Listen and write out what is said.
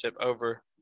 over